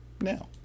now